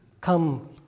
Come